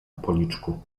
policzku